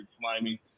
slimy